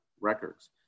Records